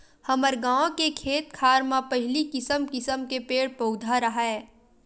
हमर गाँव के खेत खार म पहिली किसम किसम के पेड़ पउधा राहय